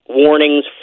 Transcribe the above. warnings